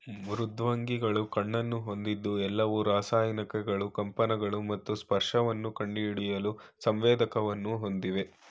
ಮೃದ್ವಂಗಿಗಳು ಕಣ್ಣನ್ನು ಹೊಂದಿದ್ದು ಎಲ್ಲವು ರಾಸಾಯನಿಕಗಳು ಕಂಪನಗಳು ಮತ್ತು ಸ್ಪರ್ಶವನ್ನು ಕಂಡುಹಿಡಿಯಲು ಸಂವೇದಕವನ್ನು ಹೊಂದಿವೆ